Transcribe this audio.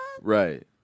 Right